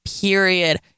period